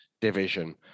division